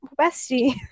bestie